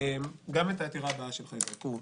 גם את העתירה הבאה שלך יזרקו,